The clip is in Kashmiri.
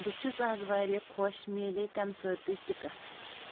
بہٕ چھس از واریاہ خۄش ملیے کنسٲرٹٕچ ٹکٹ